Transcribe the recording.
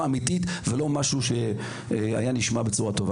אמיתית ולא בפתרון שרק יישמע טוב בחיצוניות שלו.